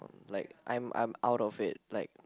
like I'm I'm out of it like